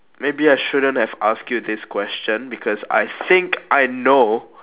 maybe I shouldn't have asked you this question because I think I know